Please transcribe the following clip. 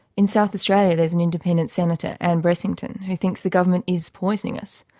in south australia there is an independent senator, ann bressington, who thinks the government is poisoning us.